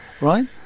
right